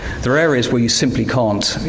there are areas where you simply can't,